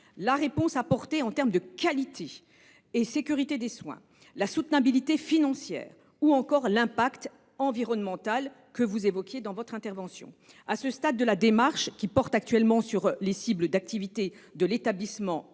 la réponse apportée en termes de qualité et sécurité des soins, la soutenabilité financière ou encore l’impact environnemental que vous avez évoqué. À ce stade de la démarche, qui porte actuellement sur les cibles d’activités de l’établissement